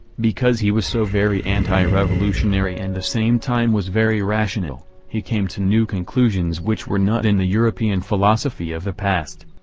because he was so very anti-revolutionary and the same time was very rational, he came to new conclusions which were not in the european philosophy of the past.